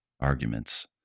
arguments